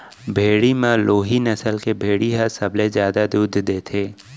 भेड़ी म लोही नसल के भेड़ी ह सबले जादा दूद देथे